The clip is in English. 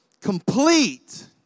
complete